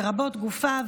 לרבות גופה,